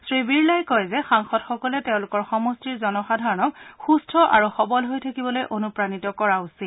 শ্ৰী বিৰলাই কয় যে সাংসদসকলে তেওঁলোকৰ সমষ্টিৰ জনসাধাৰণক সুস্থ আৰু সবল হৈ থাকিবলৈ অনুপ্ৰাণিত কৰা উচিত